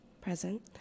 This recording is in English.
present